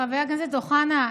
חבר הכנסת אוחנה,